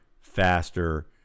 faster